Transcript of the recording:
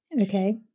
okay